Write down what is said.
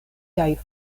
kaj